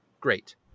great